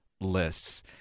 lists